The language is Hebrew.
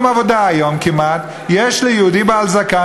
עבודה היום כמעט יש ליהודי בעל זקן,